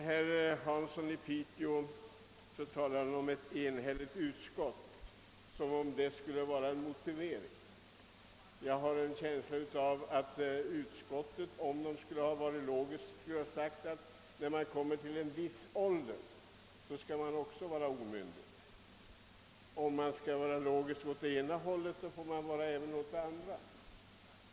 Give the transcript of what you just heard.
Herr Hansson i Piteå talade om att utskottets förslag var enhälligt, som om det skulle vara en tillräcklig motivering för vad utskottet har föreslagit. Jag har en känsla av att utskottet, om det skulle ha varit logiskt, skulle ha sagt att vid en viss ålder skall en person på nytt bli omyndig. Om man skall vara logisk åt det ena hållet, bör man vara det även åt det andra.